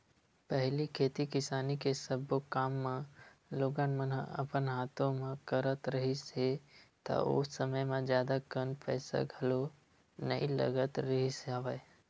पहिली खेती किसानी के सब्बो काम मन लोगन मन ह अपन हाथे म करत रिहिस हे ता ओ समे म जादा कन पइसा घलो नइ लगत रिहिस हवय